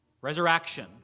resurrection